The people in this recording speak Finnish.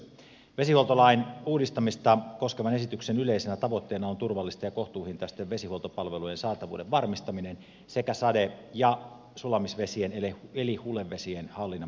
vesihuoltolain uudistamista koskevan esityksen yleisenä tavoitteena on turvallisten ja kohtuuhintaisten vesihuoltopalvelujen saatavuuden varmistaminen sekä sade ja sulamisvesien eli hulevesien hallinnan parantaminen